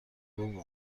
بابا